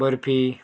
barfi